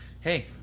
hey